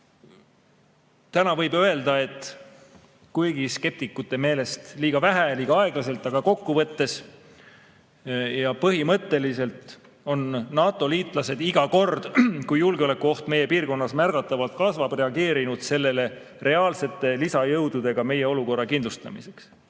täna võib öelda, et kuigi skeptikute meelest liiga vähe ja liiga aeglaselt, aga kokkuvõttes ja põhimõtteliselt on NATO-liitlased iga kord, kui julgeolekuoht meie piirkonnas märgatavalt kasvab, reageerinud sellele reaalsete lisajõududega meie olukorra kindlustamiseks.